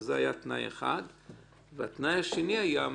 אז זה היה תנאי אחד והתנאי השני היה,